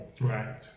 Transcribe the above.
Right